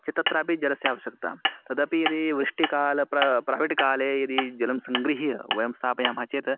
तत्रापि जलस्य आवश्यकता तदपि री वृष्टिकाले प्र प्रविड्काले यदि जलं सङ्गृह्य वयं स्थापयामः चेत्